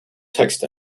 text